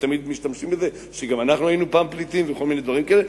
ותמיד משתמשים בזה שגם אנחנו היינו פעם פליטים וכל מיני דברים כאלה,